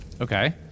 Okay